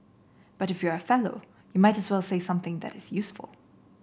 but if you are a Fellow you might as well say something that is useful